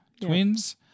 twins